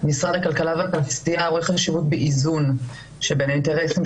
משרד הכלכלה והתעשייה רואה חשיבות באיזון בין האינטרסים.